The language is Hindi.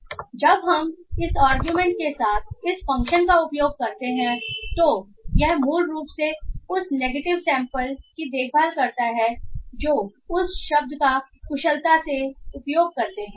इसलिए जब हम इस अरगुमेंट के साथ इस फ़ंक्शन का उपयोग करते हैं तो यह मूल रूप से उस नेगेटिव सैंपल की देखभाल करता है जो उस शब्द का कुशलता से उपयोग करते हैं